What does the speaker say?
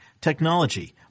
technology